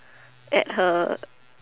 at her